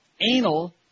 anal